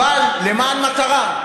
אבל למען מטרה.